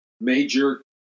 major